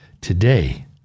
Today